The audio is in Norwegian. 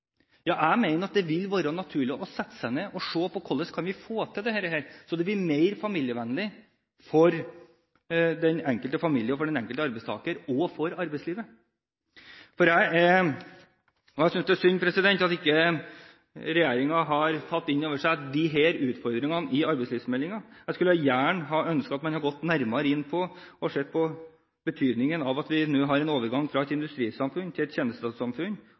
Jeg mener at det vil være naturlig å sette seg ned og se på hvordan vi skal få til dette, slik at det blir mer familievennlig for den enkelte familie, for den enkelte arbeidstaker og for arbeidslivet. Jeg synes det er synd at ikke regjeringen har tatt inn over seg disse utfordringene i arbeidslivsmeldingen. Jeg skulle gjerne ha ønsket at man hadde gått nærmere inn og sett på betydningen av at vi har en overgang fra et industrisamfunn til et tjenestesamfunn